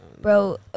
Bro